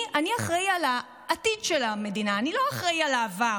אני אחראי לעתיד של המדינה, אני לא אחראי לעבר,